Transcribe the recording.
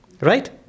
right